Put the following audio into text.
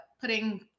putting